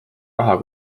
raha